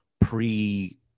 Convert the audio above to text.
pre